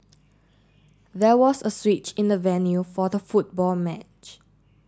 there was a switch in the venue for the football match